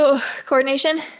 Coordination